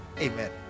Amen